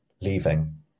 leaving